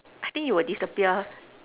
I think you will disappear